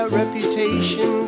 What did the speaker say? reputation